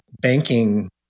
banking